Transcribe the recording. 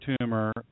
tumor